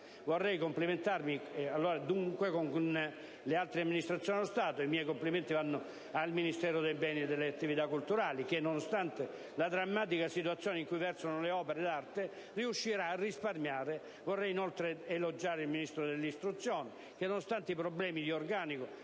Vorrei complimentarmi, dunque, con le altre Amministrazioni dello Stato. I miei complimenti vanno al Ministero dei beni e delle attività culturali che, nonostante la drammatica situazione in cui versano le opere d'arte, riuscirà a risparmiare. Vorrei inoltre elogiare il Ministero dell'istruzione che, nonostante i problemi di organico